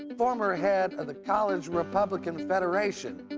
and former head of the college republican federation.